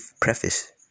preface